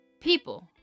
people